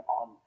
on